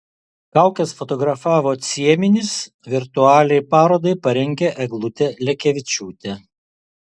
kaukes fotografavo cieminis virtualiai parodai parengė eglutė lekevičiūtė